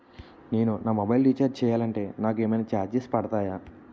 నేను నా mobile recharge చేయాలంటే నాకు ఏమైనా చార్జెస్ పడతాయా?